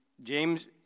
James